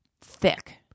Thick